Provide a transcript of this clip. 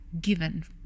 given